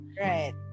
right